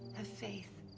have faith.